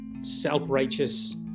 self-righteous